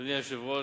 אדוני היושב-ראש,